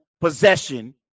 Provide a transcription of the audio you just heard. possession